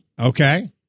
Okay